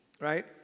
Right